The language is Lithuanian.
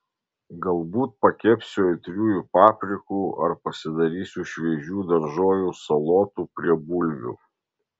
galbūt pakepsiu aitriųjų paprikų ar pasidarysiu šviežių daržovių salotų prie bulvių